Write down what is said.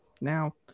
now